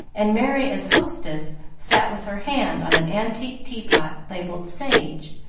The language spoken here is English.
and merry, as hostess, sat with her hand on an antique teapot, labelled sage,